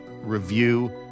Review